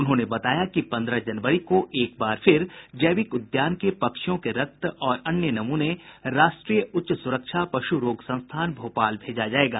उन्होंने बताया कि पंद्रह जनवरी को एक बार फिर जैविक उद्यान के पक्षियों के रक्त और अन्य नमूने राष्ट्रीय उच्च सूरक्षा पशु रोग संस्थान भोपाल भेजा जायेगा